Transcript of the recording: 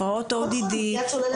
הפרעות ODD,